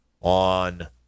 on